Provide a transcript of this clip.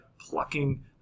plucking